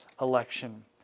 election